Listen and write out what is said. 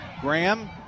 Graham